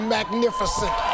Magnificent